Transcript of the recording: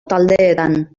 taldeetan